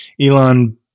Elon